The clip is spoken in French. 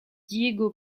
diego